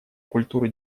культуры